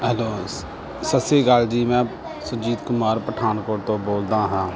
hello ਸਤਿ ਸ਼੍ਰੀ ਅਕਾਲ ਜੀ ਮੈਂ ਸੁਰਜੀਤ ਕੁਮਾਰ ਪਠਾਨਕੋਟ ਤੋਂ ਬੋਲਦਾ ਹਾਂ